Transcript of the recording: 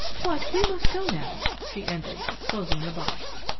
but we must go now, she ended, closing the box.